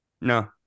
No